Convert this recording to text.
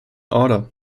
order